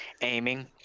aiming